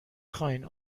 خواین